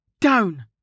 down